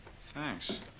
Thanks